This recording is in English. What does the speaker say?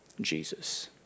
Jesus